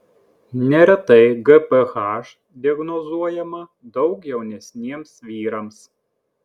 neretai gph diagnozuojama daug jaunesniems vyrams